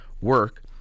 work